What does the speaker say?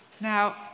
Now